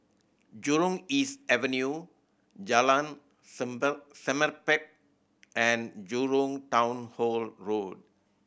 Jurong East Avenue Jalan Semerbak and Jurong Town Hall Road